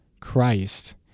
Christ